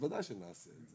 בוודאי שנעשה את זה.